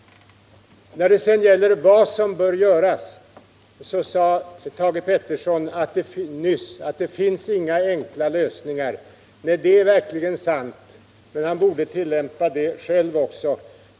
När det sedan gäller vad som bör göras så sade Thage Peterson nyss att det finns inga enkla lösningar. Nej, det är verkligen sant. Men han borde tillämpa det själv också.